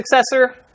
Successor